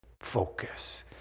focus